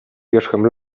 wierzchem